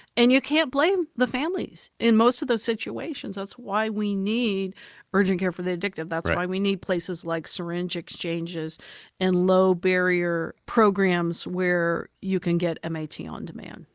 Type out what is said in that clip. and you can't blame the families in most of those situations, that's why we need urgent care for the addictive. that's why we need places like syringe exchanges and low barrier programs where you can get um mat on demand.